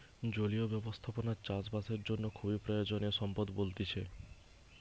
জলীয় ব্যবস্থাপনা চাষ বাসের জন্য খুবই প্রয়োজনীয় সম্পদ বলতিছে